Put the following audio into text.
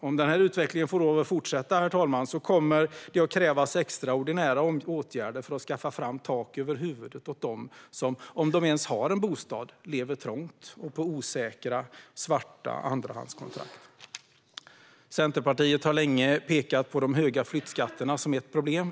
Om den här utvecklingen får lov att fortsätta, herr talman, kommer det att krävas extraordinära åtgärder för att skaffa fram tak över huvudet åt dem som - om de ens har en bostad - bor trångt eller med osäkra svarta andrahandskontrakt. Centerpartiet har länge pekat på de höga flyttskatterna som ett problem.